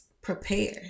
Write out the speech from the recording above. prepare